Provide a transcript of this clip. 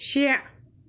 شےٚ